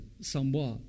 somewhat